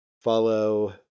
Follow